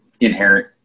inherent